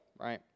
right